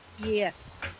Yes